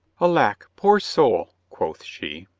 alack, poor soul, quoth she.